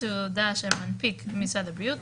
תעודה שמנפיק משרד הבריאות,